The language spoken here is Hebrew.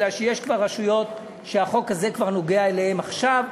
כי יש כבר רשויות שהחוק הזה נוגע אליהן עכשיו,